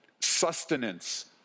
sustenance